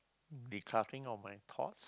decluttering of my thoughts